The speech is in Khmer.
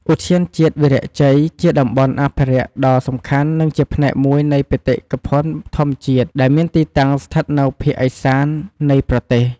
ឧទ្យានជាតិវីរៈជ័យ ជាតំបន់អភិរក្សដ៏សំខាន់និងជាផ្នែកមួយនៃបេតិកភណ្ឌធម្មជាតិដែលមានទីតាំងស្ថិតនៅភាគឦសាននៃប្រទេស។